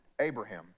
Abraham